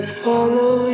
follow